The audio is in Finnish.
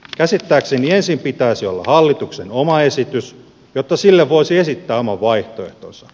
käsittääkseni ensin pitäisi olla hallituksen oma esitys jotta sille voisi esittää oman vaihtoehtonsa